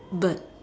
but